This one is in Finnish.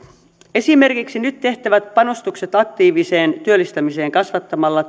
esimerkiksi nyt tehtävät panostukset aktiiviseen työllistämiseen kasvattamalla